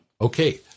Okay